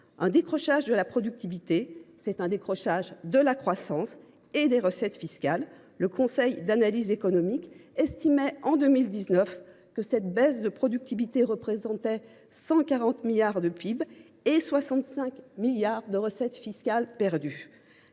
un décrochage de la productivité, c’est un décrochage de la croissance et des recettes fiscales. Le Conseil d’analyse économique (CAE) estimait en 2019 que cette baisse de productivité représentait 140 milliards d’euros de PIB et 65 milliards d’euros de pertes